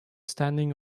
standing